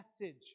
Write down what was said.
message